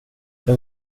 jag